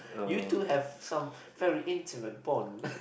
you two have some very intimate bond